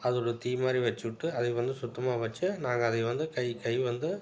அது ஒரு தீ மாதிரி வச்சு விட்டு அதை வந்து சுத்தமாக வச்சு நாங்கள் அதை வந்து கை கை வந்து